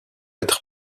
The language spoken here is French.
être